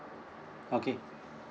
okay